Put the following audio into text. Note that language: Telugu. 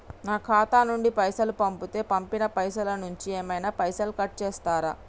నా ఖాతా నుండి పైసలు పంపుతే పంపిన పైసల నుంచి ఏమైనా పైసలు కట్ చేత్తరా?